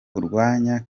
urwanya